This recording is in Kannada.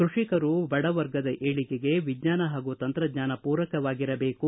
ಕ್ಕಷಿಕರು ಬಡ ವರ್ಗದ ಏಳಿಗೆಗೆ ವಿಜ್ಞಾನ ಹಾಗೂ ತಂತ್ರಜ್ಞಾನ ಪೂರಕವಾಗಿರಬೇಕು